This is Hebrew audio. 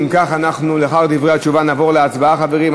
אם כך, לאחר דברי התשובה נעבור להצבעה, חברים.